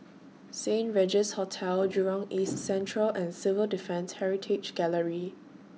Saint Regis Hotel Jurong East Central and Civil Defence Heritage Gallery